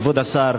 כבוד השר,